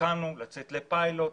הסכמנו לצאת לפיילוט,